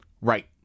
Right